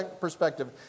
perspective